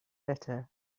better